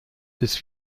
des